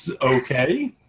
Okay